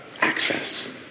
access